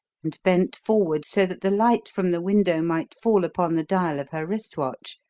and bent forward so that the light from the window might fall upon the dial of her wrist watch,